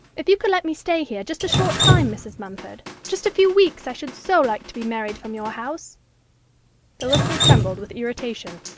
if you could let me stay here just a short time, mrs. mumford just a few weeks i should so like to be married from your house the listener trembled with irritation,